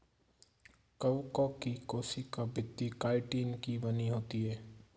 कवकों की कोशिका भित्ति काइटिन की बनी होती है